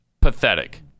Pathetic